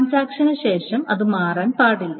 ട്രാൻസാക്ഷന് ശേഷം അത് മാറാൻ പാടില്ല